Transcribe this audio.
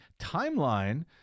timeline